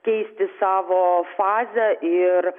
keisti savo fazę ir